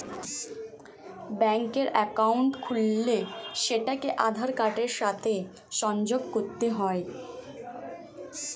ব্যাঙ্কের অ্যাকাউন্ট খুললে সেটাকে আধার কার্ডের সাথে সংযোগ করতে হয়